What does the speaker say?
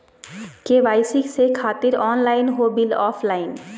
KYC से खातिर online हो बिल ऑफलाइन?